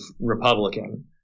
Republican